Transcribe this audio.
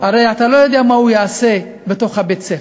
הרי אתה לא יודע מה הוא יעשה בתוך בית-הספר.